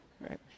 right